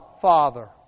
Father